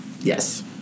Yes